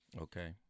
Okay